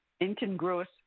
incongruous